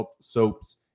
soaps